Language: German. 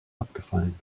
abgefallen